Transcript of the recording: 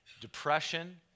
depression